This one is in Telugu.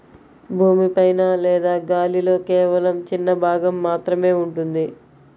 భూమి పైన లేదా గాలిలో కేవలం చిన్న భాగం మాత్రమే ఉంటుంది